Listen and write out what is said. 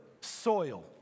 soil